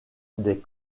des